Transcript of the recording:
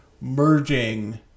merging